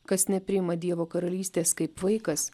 kas nepriima dievo karalystės kaip vaikas